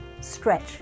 Stretch